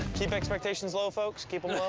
keep expectations low, folks. keep